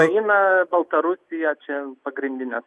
ukraina baltarusija čia pagrindinės